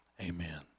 Amen